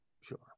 sure